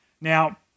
Now